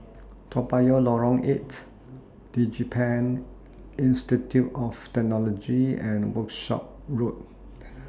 Toa Payoh Lorong eight Digipen Institute of Technology and Workshop Road